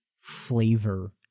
flavor